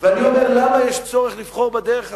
יש צורך לבחור בדרך הזאת.